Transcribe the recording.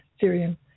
Syrian